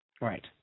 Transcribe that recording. Right